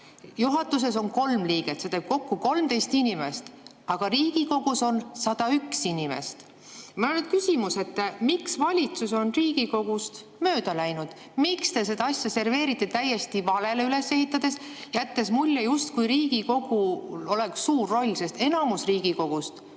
juhatuses on kolm liiget. See teeb kokku 13 inimest, aga Riigikogus on 101 inimest. Mul on nüüd küsimus, miks valitsus on Riigikogust mööda läinud. Miks te serveerite seda asja valele üles ehitades, jättes mulje, justkui Riigikogul oleks suur roll, kuigi enamik Riigikogust on